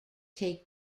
take